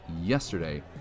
yesterday